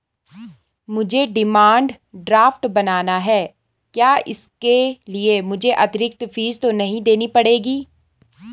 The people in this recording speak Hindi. मुझे डिमांड ड्राफ्ट बनाना है क्या इसके लिए मुझे अतिरिक्त फीस तो नहीं देनी पड़ेगी?